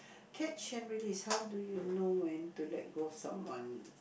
catch and release how do you know when to let go of someone